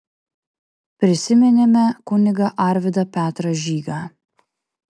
prisiminėme kunigą arvydą petrą žygą